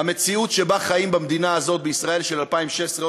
המציאות שבה חיים במדינה הזו בישראל של 2016,